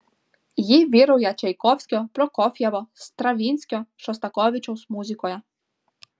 ji vyrauja čaikovskio prokofjevo stravinskio šostakovičiaus muzikoje